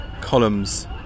columns